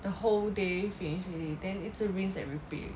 the whole day finish already then 一直 rinse and repeat